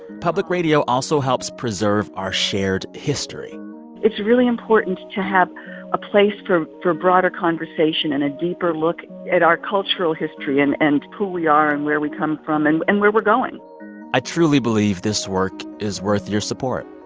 public radio also helps preserve our shared history it's really important to have a place for broader conversation and a deeper look at our cultural history and and who we are and where we come from and and where we're going i truly believe this work is worth your support.